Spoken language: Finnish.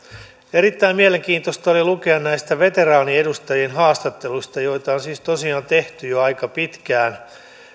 erittäin mielenkiintoista oli lukea näistä veteraaniedustajien haastatteluista joita on siis tosiaan tehty jo aika pitkään